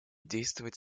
действовать